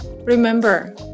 Remember